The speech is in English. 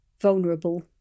vulnerable